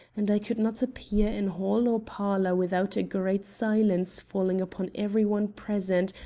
and i could not appear in hall or parlor without a great silence falling upon every one present,